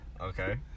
Okay